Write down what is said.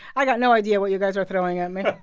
i got no idea what you guys are throwing at me